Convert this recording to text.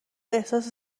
احساس